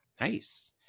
Nice